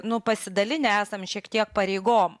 nu pasidalinę esam šiek tiek pareigom